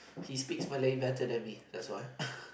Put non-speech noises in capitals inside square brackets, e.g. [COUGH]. he speaks malay better than me that's why [LAUGHS]